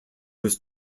was